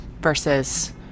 versus